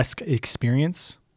experience